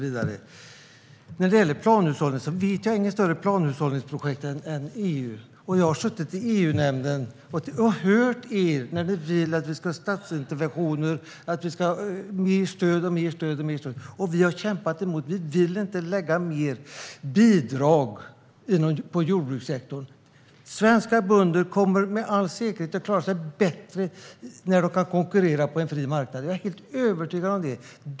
Jag vet inget större planhushållningsprojekt än EU, och jag har suttit i EU-nämnden och hört er när ni vill att man ska ha statsinterventioner och mer stöd. Vi har kämpat emot, för vi vill inte ha mer bidrag på jordbrukssektorn. Svenska bönder kommer med all säkerhet att klara sig bättre när de kan konkurrera på en fri marknad. Jag är helt övertygad om det.